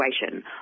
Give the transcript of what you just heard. situation